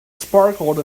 sparkled